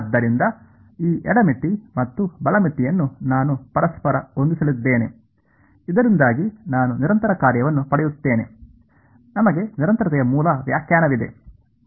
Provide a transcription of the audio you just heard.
ಆದ್ದರಿಂದ ಈ ಎಡ ಮಿತಿ ಮತ್ತು ಬಲ ಮಿತಿಯನ್ನು ನಾನು ಪರಸ್ಪರ ಹೊಂದಿಸಲಿದ್ದೇನೆ ಇದರಿಂದಾಗಿ ನಾನು ನಿರಂತರ ಕಾರ್ಯವನ್ನು ಪಡೆಯುತ್ತೇನೆ ನಮಗೆ ನಿರಂತರತೆಯ ಮೂಲ ವ್ಯಾಖ್ಯಾನವಿದೆ